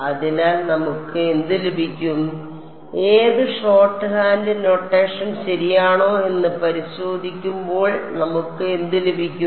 അതിനാൽ നമുക്ക് എന്ത് ലഭിക്കും ഏത് ഷോർട്ട്ഹാൻഡ് നൊട്ടേഷൻ ശരിയാണോ എന്ന് പരിശോധിക്കുമ്പോൾ നമുക്ക് എന്ത് ലഭിക്കും